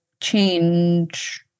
change